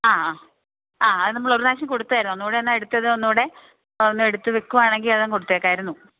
ആ ആ ആ അത് നമ്മളൊരു പ്രാവശ്യം കൊടുത്തേക്കൂ ഒന്നുകൂടെയൊന്ന് എടുത്തത് ഒന്നുകൂടെയൊന്നെടുത്ത് വെയ്ക്കുകയാണെങ്കില് അതങ്ങ് കൊടുത്തേക്കാമായിരുന്നു